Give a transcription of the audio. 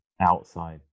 outside